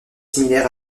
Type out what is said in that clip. similaire